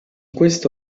questa